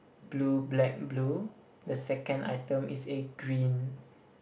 blue black blue the second item is a green